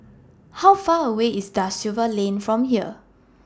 How Far away IS DA Silva Lane from here